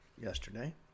yesterday